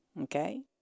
Okay